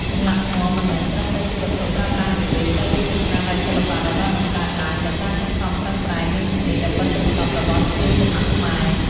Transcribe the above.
ចម្លាក់ថ្មមិនមែនត្រឹមតែជាវត្ថុប្រើប្រាស់នោះទេ តែវាជាស្នាដៃសិល្បៈដែលបានបង្កើតឡើងដោយការខិតខំប្រឹងប្រែង និងជំនាញដ៏ប៉ិនប្រសប់របស់ជាងចម្លាក់ខ្មែរ។